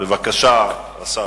בבקשה, השר.